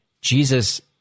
Jesus